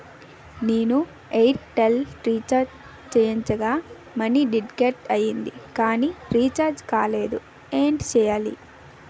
నేను Airtel recharge చేయించగా money deduct అయ్యింది కానీ రీఛార్జ్ కాలేదు ఏంటి చేయాలి?